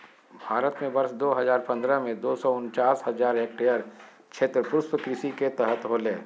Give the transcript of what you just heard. भारत में वर्ष दो हजार पंद्रह में, दो सौ उनचास हजार हेक्टयेर क्षेत्र पुष्पकृषि के तहत होले